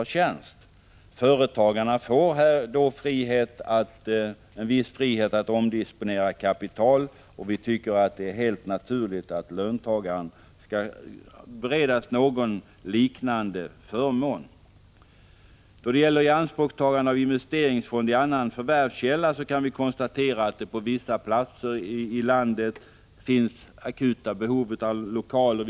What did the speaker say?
Med staketmetoden får företagarna en viss frihet att omdisponera kapital, och vi tycker att löntagarna bör beredas motsvarande förmån. Beträffande frågan om ianspråktagande av investeringsfond i annan förvärvskälla vill jag säga att vi kan konstatera att det på vissa platser i landet finns akuta behov av lokaler.